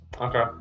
Okay